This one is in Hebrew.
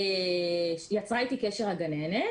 יצרה איתי קשר הגננת,